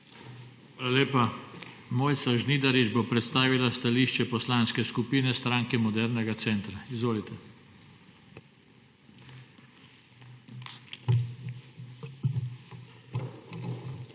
skupin. Mojca Žnidarič bo predstavila stališče Poslanske skupine Stranke modernega centra. Izvolite.